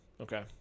Okay